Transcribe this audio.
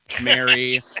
Mary